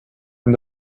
and